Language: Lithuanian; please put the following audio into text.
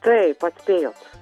taip atspėjot